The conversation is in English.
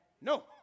No